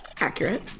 Accurate